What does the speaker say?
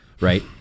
right